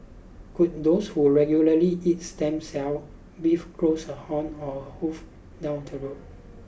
could those who regularly eat stem cell beef grows a horn or a hoof down the road